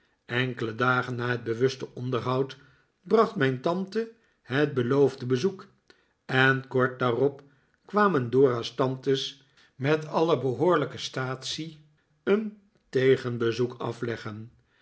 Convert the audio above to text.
enkele dagen na het bewuste onderhoud bracht mijn tante het beloofde bezoek en kort daarop kwamen dora's tantes met alle behoorlijke staatsie een tegenbezoek afleggen